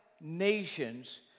nations